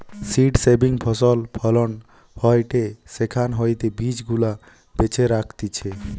seed saving ফসল ফলন হয়টে সেখান হইতে বীজ গুলা বেছে রাখতিছে